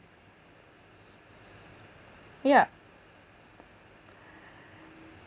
yeah